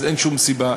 אז אין שום סיבה.